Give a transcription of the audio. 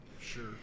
Sure